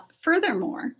Furthermore